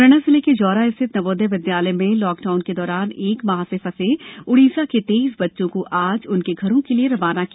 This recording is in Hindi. मुरैना जिले के जौरा स्थित नवोदय विद्यालय में लॉकडाउन के दौरान एक माह से फंसे उड़ीसा के तेईस बच्चों को आज उनके घरों के लिये रवाना किया